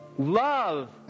love